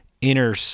Inner